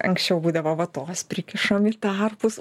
anksčiau būdavo vatos prikišam į tarpus